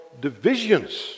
divisions